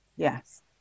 yes